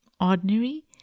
ordinary